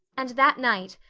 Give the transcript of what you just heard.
and that night,